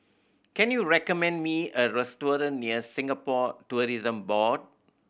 can you recommend me a restaurant near Singapore Tourism Board